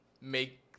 make